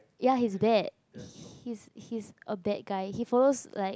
ya he's bad he's he's a bad guy he follow like